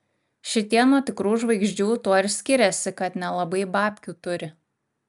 šitie nuo tikrų žvaigždžių tuo ir skiriasi kad nelabai babkių turi